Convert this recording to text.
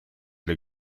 для